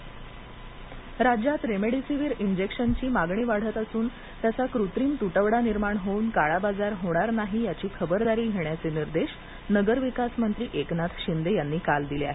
remdesivir राज्यात remdesivir इंजेक्शनची मागणी वाढत असून त्याचा कृत्रिम तुटवडा निर्माण होऊन काळाबाजार होणार नाही याची खबरदारी घेण्याचे निर्देश नगरविकास मंत्री एकनाथ शिंदे यांनी काल दिले आहेत